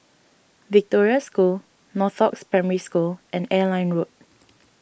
Victoria School Northoaks Primary School and Airline Road